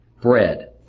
bread